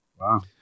Wow